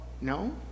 no